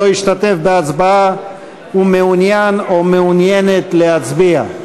לא השתתף בהצבעה ומעוניין או מעוניינת להצביע?